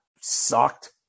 sucked